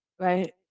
right